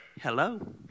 Hello